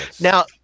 now